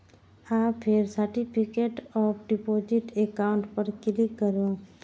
आ फेर certificate of deposit account पर क्लिक करू